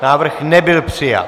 Návrh nebyl přijat.